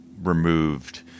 removed